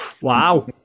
Wow